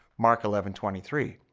mark eleven twenty three.